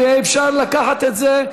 כי אפשר לקחת את זה.